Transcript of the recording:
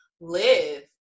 live